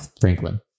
Franklin